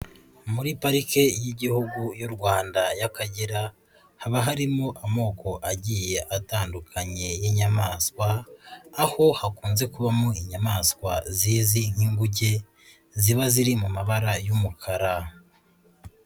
Muri parike y'igihugu y'u rwanda y'akagera, hakaba harimo amoko agiye atandukanye y'inyamaswa, aho hakunze kubamo inyamaswa zizwi nk'inguge ziba ziri mu mabara y'umukara.